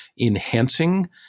enhancing